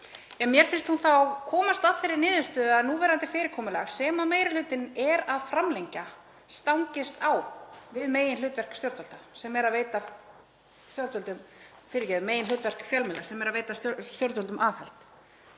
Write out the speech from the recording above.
mér finnst hún þá komast að þeirri niðurstöðu að núverandi fyrirkomulag, sem meiri hlutinn er að framlengja, stangist á við meginhlutverk fjölmiðla sem er að veita stjórnvöldum aðhald.